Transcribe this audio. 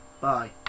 Bye